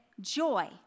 joy